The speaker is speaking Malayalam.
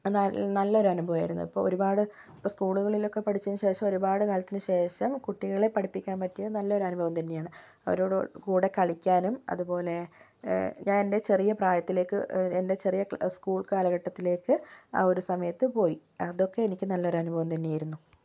നല്ലൊരനുഭവമായിരുന്നു ഇപ്പോൾ ഒരുപാട് ഇപ്പോൾ സ്കൂളുകളിലൊക്കെ പഠിച്ചതിനു ശേഷം ഒരുപാട് കാലത്തിനു ശേഷം കുട്ടികളെ പഠിപ്പിക്കാൻ പറ്റിയത് നല്ലൊരനുഭവം തന്നെയാണ് അവരുടെ കൂടെ കളിക്കാനും അതുപോലെ ഞാനെൻ്റെ ചെറിയ പ്രായത്തിലേക്ക് എൻ്റെ ചെറിയ സ്കൂൾ കാലഘട്ടത്തിലേക്ക് ആ ഒരു സമയത്ത് പോയി അതൊക്കെ എനിക്ക് നല്ലൊരു അനുഭവം തന്നെയായിരുന്നു